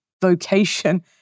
vocation